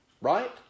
Right